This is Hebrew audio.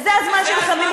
זה הזמן שלך לעצור,